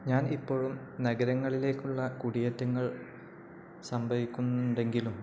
ഞാൻ ഇപ്പോഴും നഗരങ്ങളിലേക്കുള്ള കുടിയേറ്റങ്ങൾ സംഭവിക്കുന്നുണ്ടെങ്കിലും